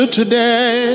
today